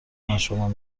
مشامم